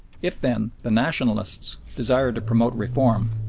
if, then, the nationalists desire to promote reform,